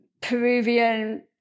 Peruvian